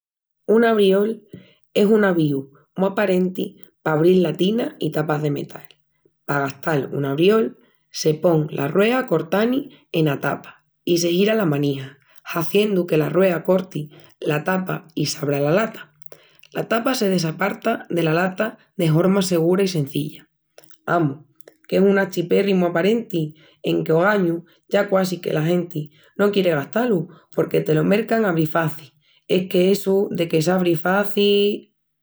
Un abriol es un avíu mu aparenti pa abril latinas i tapas de metal. Pa gastal un abriol, se pon la ruea cortanti ena tapa i se gira la manija, hiziendu que la ruea corti la tapa i s'abra la lata. La tapa se desaparta dela lata de horma segura i sencilla. Amus, qu'es una achiperri mu aparenti, enque ogañu ya quasi que la genti no quieri gastá-lu porque tolo mercan 'abrifaci', enque essu de que s'abri faci...